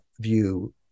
view